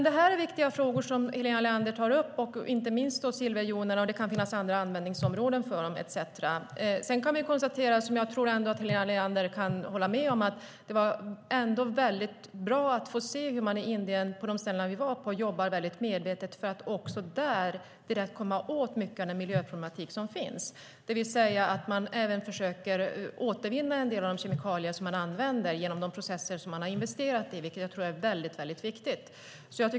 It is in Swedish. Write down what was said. De frågor som Helena Leander tar upp är viktiga, som att det kan finnas andra användningsområden för silverjoner. Jag tror att Helena Leander kan hålla med om att det var bra att få se att man i Indien jobbar medvetet för att komma åt miljöproblemet. Man försöker återvinna en del av kemikalierna genom processer som man har investerat i. Det tror jag är väldigt viktigt.